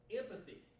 empathy